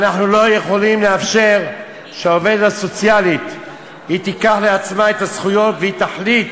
אנחנו לא יכולים לאפשר שהעובדת הסוציאלית תיקח לעצמה את הזכויות ותחליט,